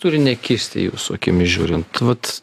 turi nekisti jūsų akimis žiūrint vat